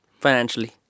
financially